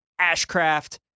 Ashcraft